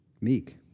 Meek